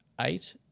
eight